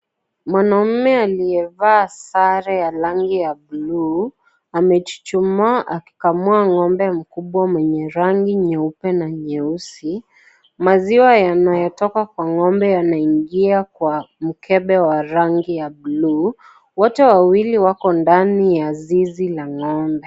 Mwnaume aliyevaa sare ya rangi ya bluu amechuchumaa akikamua ngombe mkubwa mwenye rangi nyeupe na nyeusi. Maziwa yanayotoka kwa ngombe yanaingia kwa mkebe wa rangi ya bluu . Wote wawili wako ndani ya zizi ya ngombe.